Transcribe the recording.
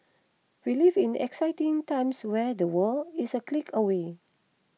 we live in exciting times where the world is a click away